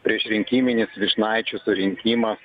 priešrinkiminis vyšnaičių surinkimas